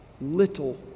little